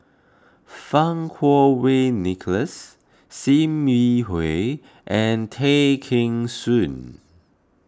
Fang Kuo Wei Nicholas Sim Yi Hui and Tay Kheng Soon